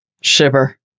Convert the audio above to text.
Shiver